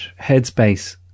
headspace